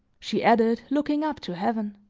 she added, looking up to heaven.